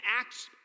acts